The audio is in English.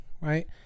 Right